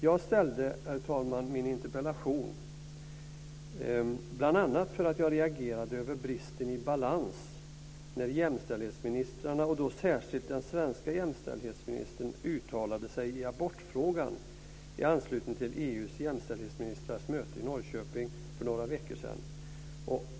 Jag framställde, herr talman, min interpellation bl.a. för att jag reagerade över bristen i balans när jämställdhetsministrarna, och då särskilt den svenska jämställdhetsministern, uttalade sig i abortfrågan i anslutning till mötet med EU:s jämställdhetsministrar i Norrköping för några veckor sedan.